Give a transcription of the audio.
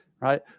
Right